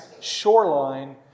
shoreline